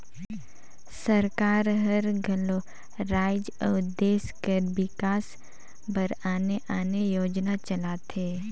सरकार हर घलो राएज अउ देस कर बिकास बर आने आने योजना चलाथे